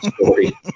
story